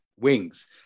wings